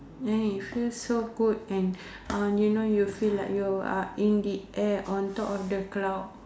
and it feels so good and uh you know you feel like in the air on top of the cloud